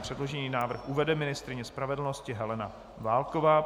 Předložený návrh uvede ministryně spravedlnosti Helena Válková.